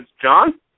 John